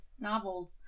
novels